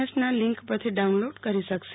S link પરથી download કરી શકશે